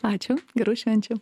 ačiū gerų švenčių